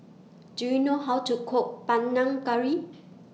Do YOU know How to Cook Panang Curry